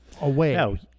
away